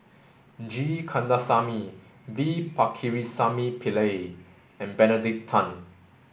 G Kandasamy V Pakirisamy Pillai and Benedict Tan